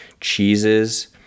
cheeses